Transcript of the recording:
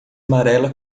amarela